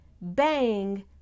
bang